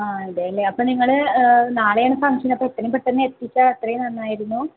ആ അതെയല്ലേ അപ്പോള് നിങ്ങള് നാളെയാണ് ഫങ്ഷൻ അപ്പോള് എത്രയും പെട്ടെന്ന് എത്തിച്ചാല് അത്രയും നന്നായിരുന്നു